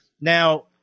now